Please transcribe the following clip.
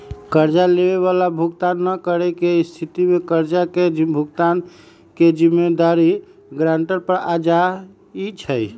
कर्जा लेबए बला भुगतान न करेके स्थिति में कर्जा के भुगतान के जिम्मेदारी गरांटर पर आ जाइ छइ